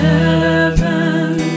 heaven